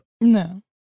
no